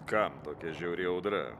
kam tokia žiauri audra